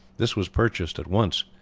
this was purchased at once.